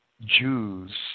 Jews